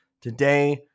Today